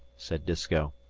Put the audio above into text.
said disko.